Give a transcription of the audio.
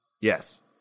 Yes